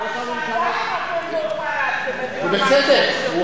אבל שנתיים אתם לא, ובצדק.